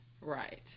right